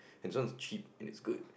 and this one is cheap and it's good